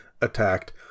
attacked